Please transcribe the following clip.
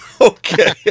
Okay